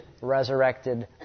resurrected